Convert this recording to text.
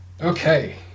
Okay